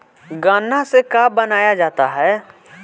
गान्ना से का बनाया जाता है?